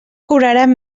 cobraran